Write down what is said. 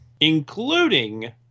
including